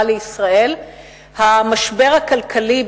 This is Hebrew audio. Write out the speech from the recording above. המשבר הכלכלי,